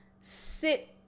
sit